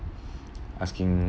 asking